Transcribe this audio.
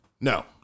No